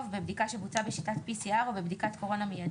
החדש) (בידוד בית והוראות שונות) (הוראת שעה)